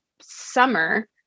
summer